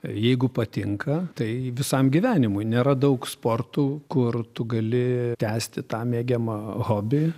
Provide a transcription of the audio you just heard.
jeigu patinka tai visam gyvenimui nėra daug sportų kur tu gali tęsti tą mėgiamą hobį